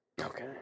Okay